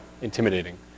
intimidating